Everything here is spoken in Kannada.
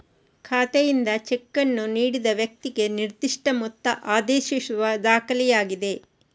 ಖಾತೆಯಿಂದ ಚೆಕ್ ಅನ್ನು ನೀಡಿದ ವ್ಯಕ್ತಿಗೆ ನಿರ್ದಿಷ್ಟ ಮೊತ್ತ ಆದೇಶಿಸುವ ದಾಖಲೆಯಾಗಿದೆ